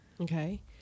Okay